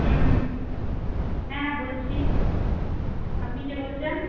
হ্যাঁ বলছি আপনি কে বলছেন